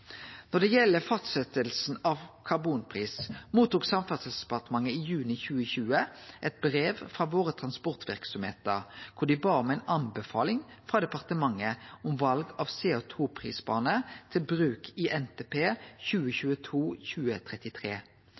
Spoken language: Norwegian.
Når det gjeld fastsetjinga av karbonpris, fekk Samferdselsdepartementet i juni 2020 eit brev frå transportverksemdene våre, der dei bad om ei anbefaling frå departementet om val av CO 2 -prisbane til bruk i NTP